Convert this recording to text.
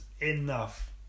enough